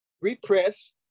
repress